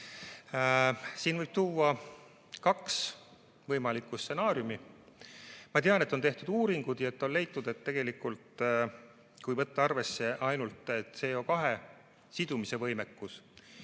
Siin võib tuua kaks võimalikku stsenaariumi. Ma tean, et on tehtud uuringuid ja on leitud, et tegelikult, kui võtta arvesse ainult CO2sidumise võimekus,